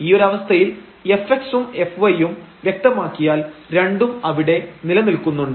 ഈയൊരു അവസ്ഥയിൽ fx ഉം fy ഉം വ്യക്തമാക്കിയാൽ രണ്ടും അവിടെ നിലനിൽക്കുന്നുണ്ട്